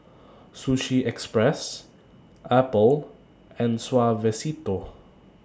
Sushi Express Apple and Suavecito